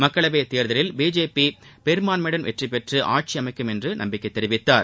மக்களவை தேர்தலில் பிஜேபி பெரும்பான்மையுடன் வெற்றி பெற்று ஆட்சி அமைக்கும் என்று நம்பிக்கை தெரிவித்தார்